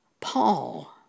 Paul